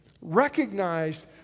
recognized